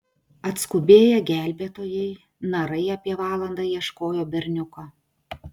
atskubėję gelbėtojai narai apie valandą ieškojo berniuko